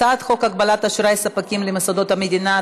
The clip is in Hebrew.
הצעת חוק הגבלת אשראי ספקים למוסדות המדינה,